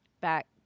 back